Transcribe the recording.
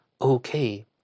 okay